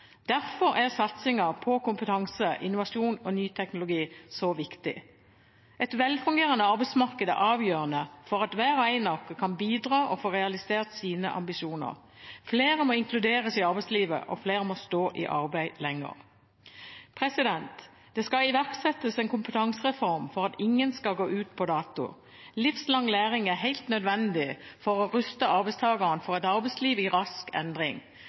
Derfor er satsingen på kompetanse, innovasjon og ny teknologi så viktig. Et velfungerende arbeidsmarked er avgjørende for at hver og en av oss kan bidra og få realisert sine ambisjoner. Flere må inkluderes i arbeidslivet, og flere må stå i arbeid lenger. Det skal iverksettes en kompetansereform for at ingen skal gå ut på dato. Livslang læring er helt nødvendig for å ruste arbeidstakere for et arbeidsliv i rask endring.